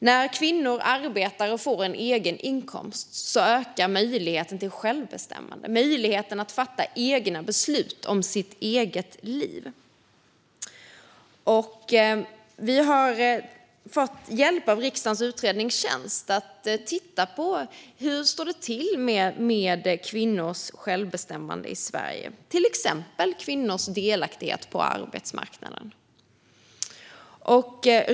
När kvinnor arbetar och får en egen inkomst ökar möjligheten till självbestämmande och möjligheten att fatta egna beslut om sitt eget liv. Vi har fått hjälp av riksdagens utredningstjänst att titta på hur det står till med kvinnors självbestämmande i Sverige, till exempel när det gäller kvinnors delaktighet på arbetsmarknaden.